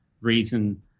reason